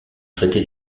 traité